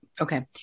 Okay